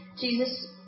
Jesus